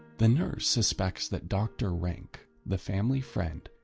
the nurse suspects that doctor rank, the family friend,